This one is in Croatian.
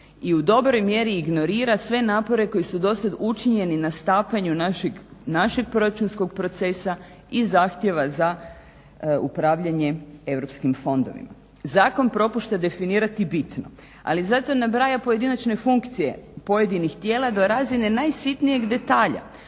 i u dobroj mjeri ignorira sve napore koji su do sad učinjeni na stapanju našeg proračunskog procesa i zahtjeva za upravljanje europskim fondovima. Zakon propušta definirati bitno, ali zato nabraja pojedinačne funkcije, pojedinih tijela do razine najsitnijeg detalja.